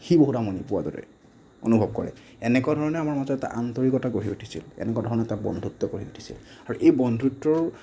সি বহুত আমনি পোৱাৰ দৰে অনুভৱ কৰে এনেকুৱা ধৰণে আমাৰ মাজত এটা আন্তৰিকতা গঢ়ি উঠিছিল এনেকুৱা ধৰণৰ এটা বন্ধুত্ব গঢ়ি উঠিছিল আৰু এই বন্ধুত্বৰ